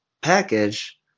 package